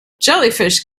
jellyfish